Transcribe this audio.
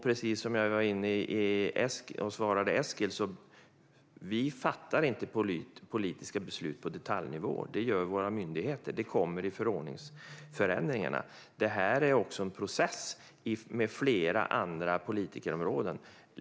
Precis som jag svarade Eskil fattar vi inte beslut på detaljnivå. Det gör våra myndigheter, och det kommer förordningsförändringar. Detta är också en process där flera andra politikerområden är med.